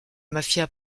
mafia